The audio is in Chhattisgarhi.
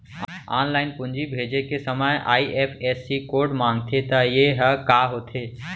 ऑनलाइन पूंजी भेजे के समय आई.एफ.एस.सी कोड माँगथे त ये ह का होथे?